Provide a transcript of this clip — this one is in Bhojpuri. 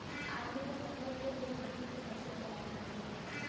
आलू क फसल के लिए माटी के कैसे तैयार करल जाला?